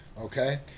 Okay